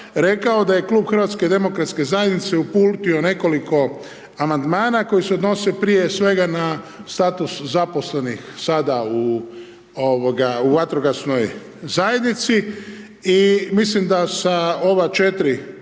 rekao da je Klub HDZ-a uputio nekoliko amandmana, koji se odnosi prije svega na status zaposlenih sada u vatrogasnoj zajednici i mislim da sa ova 4